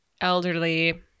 elderly